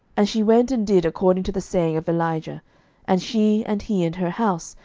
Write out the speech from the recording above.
and she went and did according to the saying of elijah and she, and he, and her house,